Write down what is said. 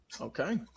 Okay